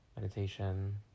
meditation